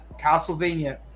castlevania